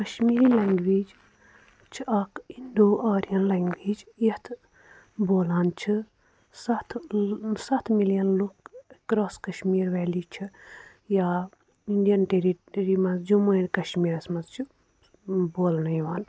Kashmiri language چھِ اَکھ Indo Aryan language یَتھ بولان چھِ سَتھ سَتھ مِلِیَن لوٗکھ اٮ۪کرٛاس کشمیٖر ویلی چھِ یا اِنٛڈِیَن ٹیرِٹرٛی منٛز جَموں اینٛڈ کشمیٖرس منٛز چھُ بولنہٕ اِوان